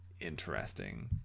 interesting